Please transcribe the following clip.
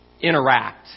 interact